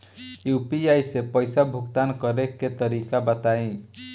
UPI से पईसा भुगतान करे के तरीका बताई?